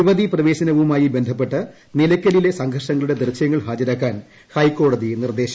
യുവതി പ്രവേശനവുമായി ബന്ധപ്പെട്ട് നിലക്കലിലെ സംഘർഷങ്ങളൂടെ ദൃശൃങ്ങൾ ഹാജരാക്കാൻ ഹൈക്കോടതി നിർദ്ദേശം